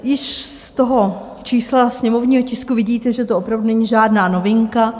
Již z toho čísla sněmovního tisku vidíte, že to opravdu není žádná novinka.